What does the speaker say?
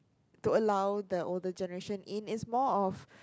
to allow the older generation in is more of